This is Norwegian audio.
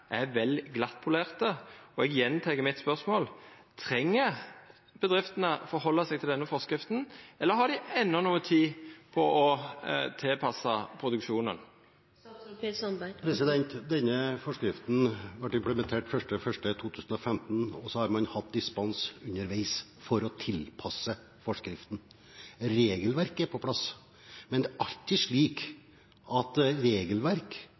er vel glattpolerte, og eg gjentek mitt spørsmål: Treng bedriftene å følgja denne forskrifta, eller har dei enno noka tid på å tilpassa produksjonen? Denne forskriften ble implementert 1. januar 2015, og så har man hatt dispensasjon underveis, for å tilpasse forskriften. Regelverket er på plass. Men det er alltid slik at